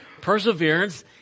perseverance